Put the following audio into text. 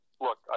Look